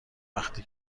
وقتی